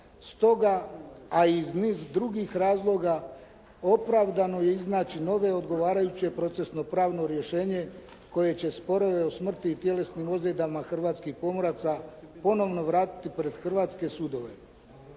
Stoga, a i iz niz drugih razloga, opravdano je iznaći nove odgovarajuće procesnopravno rješenje koje će sporove o smrti i tjelesnim ozljedama hrvatskih pomoraca ponovno vratiti pred hrvatske sudove.